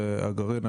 והגרעין,